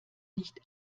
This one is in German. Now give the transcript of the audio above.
nicht